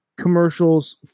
commercials